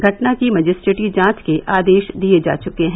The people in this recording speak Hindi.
घटना की मजिस्ट्रेटी जांच के आदेश दिये जा चुके हैं